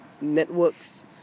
networks